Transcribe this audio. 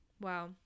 Wow